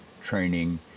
training